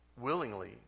willingly